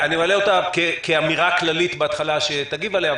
-- אני מעלה אותה כאמירה כללית בהתחלה שתגיב עליה,